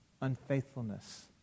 unfaithfulness